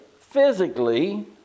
physically